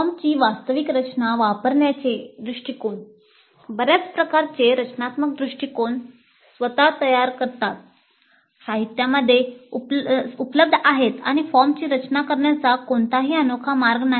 फॉर्मची वास्तविक रचना वापरण्याचे दृष्टिकोन बर्याच प्रकारचे रचनात्मक दृष्टिकोण स्वतः तयार करतात साहित्यामध्ये उपलब्ध आहेत आणि फॉर्मची रचना करण्याचा कोणताही अनोखा मार्ग नाही